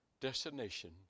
destination